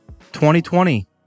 2020